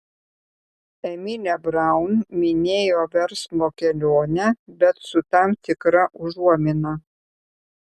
emilė braun minėjo verslo kelionę bet su tam tikra užuomina